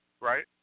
Right